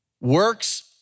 works